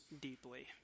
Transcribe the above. deeply